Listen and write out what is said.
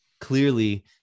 clearly